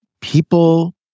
People